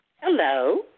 Hello